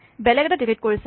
বেলেগ এটা ডিলিট কৰি চাওঁ